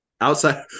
outside